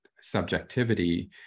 subjectivity